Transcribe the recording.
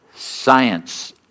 Science